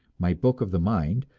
my book of the mind,